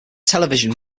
television